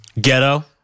Ghetto